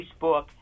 Facebook